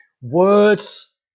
Words